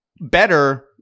better